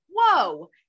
whoa